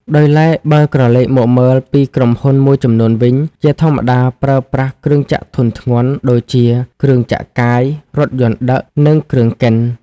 ដោយឡែក បើក្រឡេកមកមើលពីក្រុមហ៊ុនមួយចំនួនវិញ ជាធម្មតាប្រើប្រាស់គ្រឿងចក្រធុនធ្ងន់ ដូចជា គ្រឿងចក្រកាយ រថយន្តដឹក និងគ្រឿងកិន។